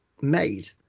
made